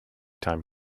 time